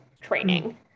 training